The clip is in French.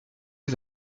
ces